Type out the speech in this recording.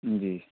جی